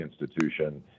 institution